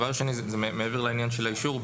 מעבר לעניין של האישור,